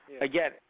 again